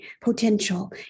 potential